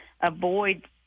avoid